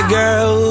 girl